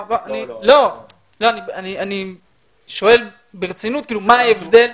אני שואל ברצינות מה ההבדל.